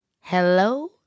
Hello